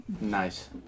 Nice